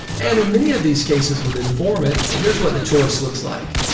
and in many of these cases with informants. here's what the choice looks like.